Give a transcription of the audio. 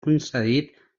concedit